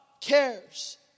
cares